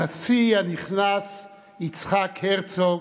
הנשיא הנכנס יצחק הרצוג,